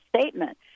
statement